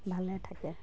ভালে থাকে